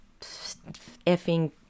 effing